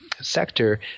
sector